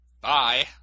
Bye